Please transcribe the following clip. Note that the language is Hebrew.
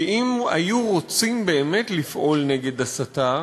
כי אם היו רוצים באמת לפעול נגד הסתה,